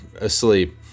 asleep